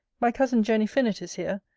my cousin jenny fynnett is here,